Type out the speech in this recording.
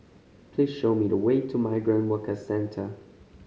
please show me the way to Migrant Workers Centre